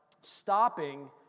stopping